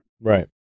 Right